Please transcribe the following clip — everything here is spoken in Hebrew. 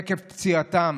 עקב פציעתם.